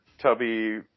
tubby